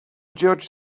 judge